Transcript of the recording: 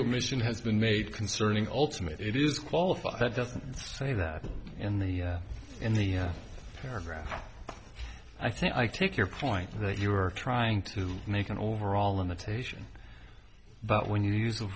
commission has been made concerning ultimate it is qualified it doesn't say that in the in the paragraph i think i take your point that you are trying to make an overall imitation but when you use the